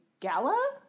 gala